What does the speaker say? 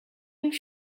you